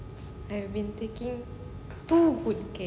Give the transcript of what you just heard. I have been taking too good care